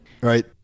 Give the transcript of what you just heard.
right